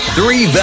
Three